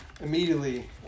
immediately